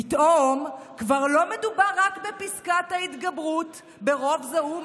פתאום כבר לא מדובר רק בפסקת ההתגברות ברוב זעום